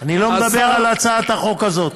אני לא מדבר על הצעת החוק הזו.